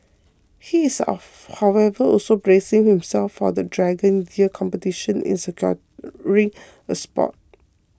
he is of however also bracing himself for the Dragon Year competition in securing a spot